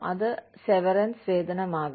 അത് സെവർൻസ് വേതനമാകാം